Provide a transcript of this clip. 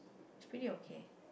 it's pretty okay